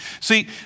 see